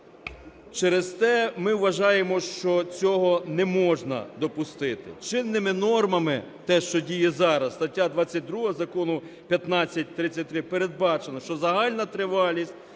Через те ми вважаємо, що цього не можна допустити. Чинними нормами, те, що діє зараз, стаття 22 Закону 1533 передбачено, що загальна тривалість